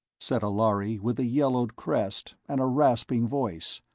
said a lhari with a yellowed crest and a rasping voice.